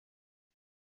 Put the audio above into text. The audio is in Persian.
فکر